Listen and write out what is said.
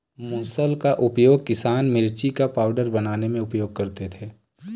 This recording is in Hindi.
मुसल का उपयोग किसान मिर्ची का पाउडर बनाने में उपयोग करते थे